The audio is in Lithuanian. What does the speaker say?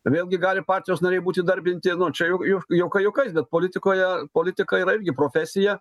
vėlgi gali partijos nariai būt įdarbinti nu čia jau jau juokai juokais bet politikoje politika yra irgi profesija